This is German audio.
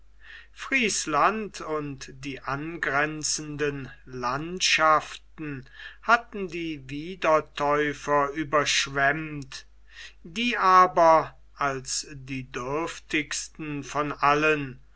friesland und die angrenzenden landschaften hatten die wiedertäufer überschwemmt die aber als die dürftigsten von allen